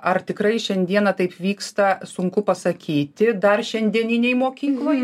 ar tikrai šiandieną taip vyksta sunku pasakyti dar šiandieninėj mokykloj